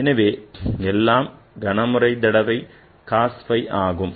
எனவே எல்லாம் கனமுறை தடவை cos phi ஆகும்